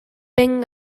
ben